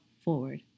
forward